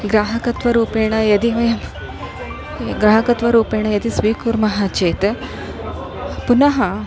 ग्राहकत्वरूपेण यदि वयं ग्राहकत्वरूपेण यदि स्वीकुर्मः चेत् पुनः